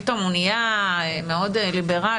פתאום הוא נהיה מאוד ליברל,